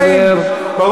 חבר הכנסת אייכלר, נא לסיים.